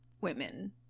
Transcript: women